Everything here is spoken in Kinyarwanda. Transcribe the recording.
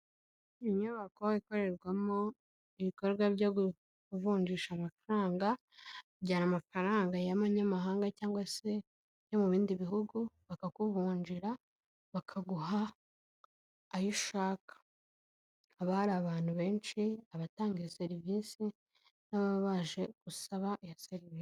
Inyubako ikorerwamo ibikorwa byo kuvunjisha amafaranga, ujyana amafaranga y'amanyamahanga cyangwa se yo mu bindi bihugu, bakakuvunjira bakaguha ayo ushaka, haba hari abantu benshi, abatanga iyo serivisi n'ababa baje gusaba iyo serivisi.